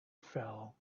fell